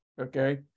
okay